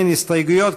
אין הסתייגויות,